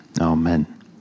Amen